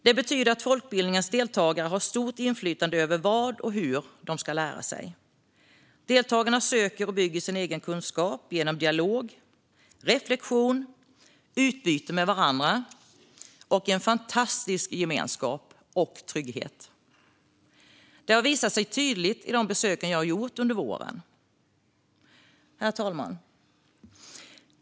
Det betyder att folkbildningens deltagare har stort inflytande över vad och hur de ska lära sig. Deltagarna söker och bygger sin egen kunskap genom dialog, reflektion, utbyte med varandra och en fantastisk gemenskap och trygghet. Det har visat sig tydligt under de besök jag har gjort under våren. Herr talman!